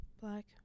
Black